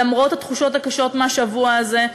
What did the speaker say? למרות התחושות הקשות מהשבוע הזה,